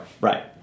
Right